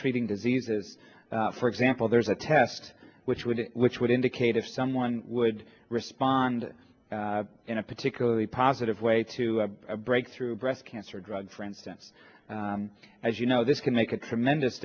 treating diseases for example there's a test which we did which would indicate if someone would respond in a particularly positive way to a breakthrough breast cancer drug for instance as you know this can make a tremendous